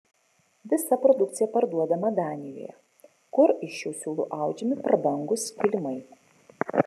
visa produkcija parduodama danijoje kur iš šių siūlų audžiami prabangūs kilimai